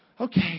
Okay